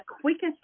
quickest